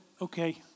okay